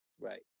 Right